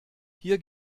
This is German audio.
hier